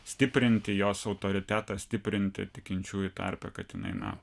stiprinti jos autoritetą stiprinti tikinčiųjų tarpe kad jinai na